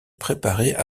préparaient